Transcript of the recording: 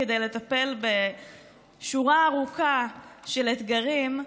כדי לטפל בשורה ארוכה של אתגרים,